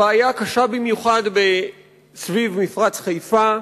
הבעיה קשה במיוחד סביב מפרץ חיפה,